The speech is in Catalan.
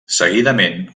seguidament